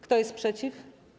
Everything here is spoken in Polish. Kto jest przeciw?